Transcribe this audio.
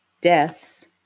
deaths